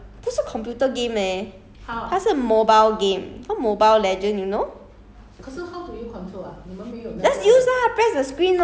什么 jogging stick 不是 computer game leh 它是 mobile game call mobile legend you know